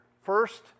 First